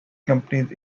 companies